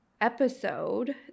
episode